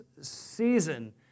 season